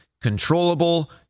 controllable